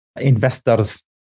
investors